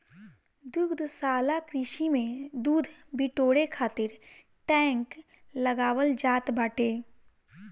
दुग्धशाला कृषि में दूध बिटोरे खातिर टैंक लगावल जात बाटे